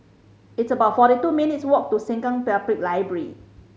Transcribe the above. it's about forty two minutes' walk to Sengkang Public Library